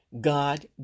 God